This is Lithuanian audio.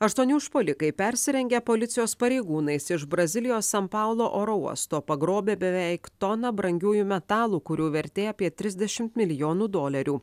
aštuoni užpuolikai persirengę policijos pareigūnais iš brazilijos san paulo oro uosto pagrobė beveik toną brangiųjų metalų kurių vertė apie trisdešimt milijonų dolerių